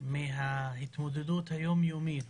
מההתמודדות היומיומית